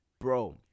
bro